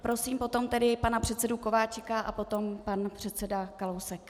Prosím pana předsedu Kováčika a potom pan předseda Kalousek.